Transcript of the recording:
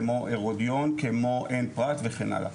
כמו הרודיון כמו עין פרת וכן הלאה.